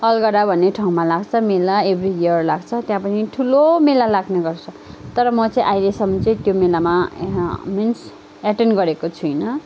अलगडा भन्ने ठाउँमा लाग्छ मेला एभ्री इयर लाग्छ त्यहाँ पनि ठुलो मेला लाग्ने गर्छ तर म चाहिँ अहिलेसम्म चाहिँ त्यो मेलामा मिन्स् एटेन गरेको छुइनँ